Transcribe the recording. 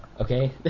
Okay